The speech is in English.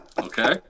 Okay